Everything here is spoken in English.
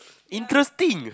interesting